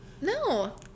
No